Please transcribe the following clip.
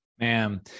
Man